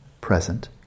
present